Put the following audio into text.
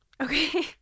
Okay